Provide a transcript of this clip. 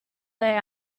they